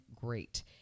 great